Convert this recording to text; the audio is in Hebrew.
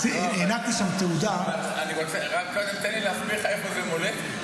הענקתי שם תעודה --- רק תן לי להסביר לך איפה זה מולדת.